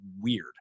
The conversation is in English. weird